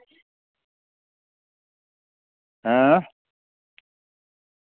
हैं